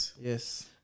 Yes